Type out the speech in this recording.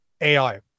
AI